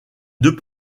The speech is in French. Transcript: deux